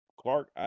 Clark